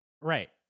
right